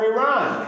Iran